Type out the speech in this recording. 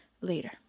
later